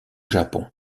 japon